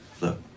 Look